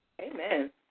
Amen